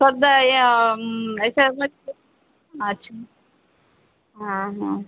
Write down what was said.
सध्या ह्या ह्याच्यामदे अच्छा हा हा